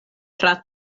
tra